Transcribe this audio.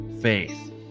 faith